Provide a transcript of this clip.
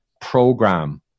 program